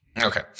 okay